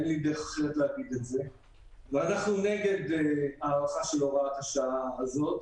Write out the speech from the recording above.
אנחנו נגד הארכה של הוראת השעה הזאת,